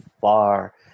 far